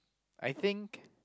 I think